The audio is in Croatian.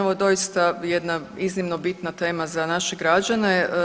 Ovo je doista jedna iznimno bitna tema za naše građane.